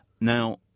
Now